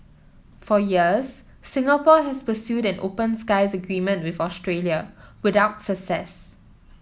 for years Singapore has pursued an open skies agreement with Australia without success